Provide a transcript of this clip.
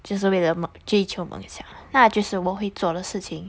就是为了梦追求梦想那就是我会做的事情